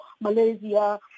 Malaysia